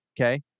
okay